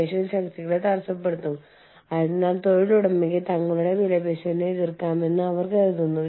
പ്രാദേശിക വിപണികളുടെ ആവശ്യങ്ങൾക്ക് അനുയോജ്യമായ രീതിയിൽ നിങ്ങൾ വ്യാപ്തി വർദ്ധിപ്പിക്കുന്നു